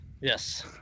Yes